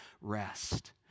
rest